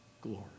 Glory